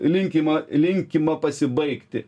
linkima linkima pasibaigti